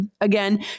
Again